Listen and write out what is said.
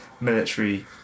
military